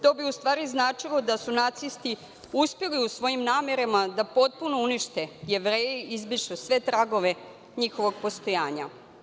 To bi u stvari značilo da su nacisti uspeli u svojim namerama da potpuno unište Jevreje, izbrišu sve tragove njihovog postojanja“